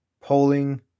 polling